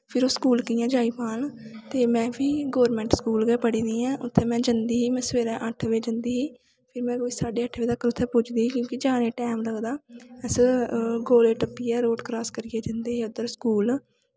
फिर ओह् स्कूल कि'यां जाई पान ते में फ्ही गौरमैंट स्कूल गै पढ़ी दी ऐं उत्थै में जंदी ही में सवेरै अट्ठ बजे जंदी ही फिर में कोई साढे अट्ठे बजे तक पुजदी ही क्योंकि जाने गी टैम लगदा अस गोले टप्पियै रोड़ क्रास करियै जंदे हे उद्धऱ स्कूल